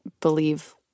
believe